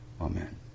Amen